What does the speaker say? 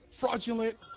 fraudulent